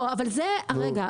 רגע,